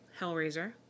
Hellraiser